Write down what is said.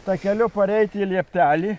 takeliu pareiti į lieptelį